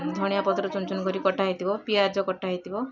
ଧଣିଆ ପତ୍ର ଚୁନ ଚୁନ କରି କଟା ହେଇଥିବ ପିଆଜ କଟା ହେଇଥିବ